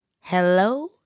Hello